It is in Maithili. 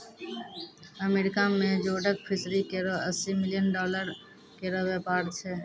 अमेरिका में जोडक फिशरी केरो अस्सी मिलियन डॉलर केरो व्यापार छै